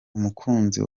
umukunzi